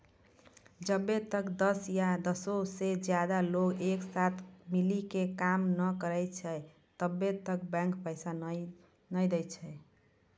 जब्बै तक दस या दसो से ज्यादे लोग एक साथे मिली के काम नै करै छै तब्बै तक बैंक पैसा नै दै छै